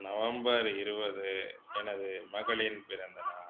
November இருபது எனது மகளின் பிறந்தநாள்